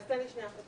תן לי לבדוק.